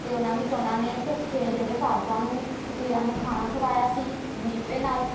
ਅਤੇ ਉਹਨਾਂ ਵਿੱਚ ਉਹਨਾਂ ਨੇ ਭੁੱਖੇ ਜਿਹੜੇ ਸਾਧੂਆਂ ਨੂੰ ਫ਼ਕੀਰਾਂ ਨੂੰ ਖਾਣਾ ਖਵਾਇਆ ਸੀ ਵੀਹ ਰੁਪਏ ਨਾਲ਼